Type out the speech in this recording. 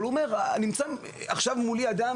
אבל הם אומרים: "נמצא מולי אדם